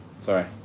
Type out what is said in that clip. Sorry